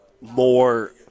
more